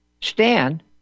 Stan